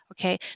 Okay